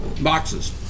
boxes